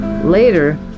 Later